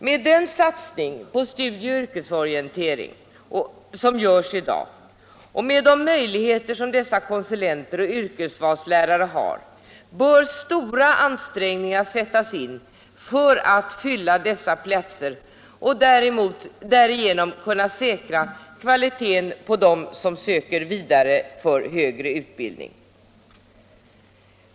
Med den satsning på studieoch yrkesorientering som görs i dag och de möjligheter som konsulenter och yrkesvalslärare har bör stora ansträngningar kunna sättas in för att fylla dessa platser och därigenom säkra kvaliteten på dem som söker vidare till högre utbildning.